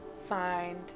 find